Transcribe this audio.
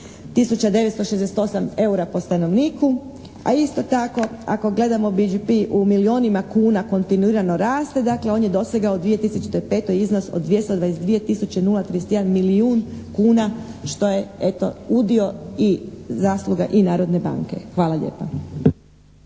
968 eura po stanovniku, a isto tako ako gledamo BDP u milijunima kuna kontinuirano raste. Dakle, on je dosegao u 2005. iznos od 222 tisuće 0,31 milijun kuna što je, eto, udio i zasluga i Narodne banke. Hvala lijepa.